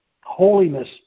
Holiness